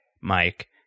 Mike